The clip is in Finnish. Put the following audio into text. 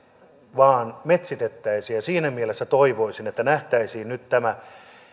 vaan ne metsitettäisiin siinä mielessä toivoisin että nähtäisiin nyt tämä